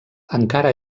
encara